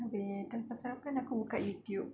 abeh then lepas sarapan aku buka YouTube